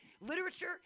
Literature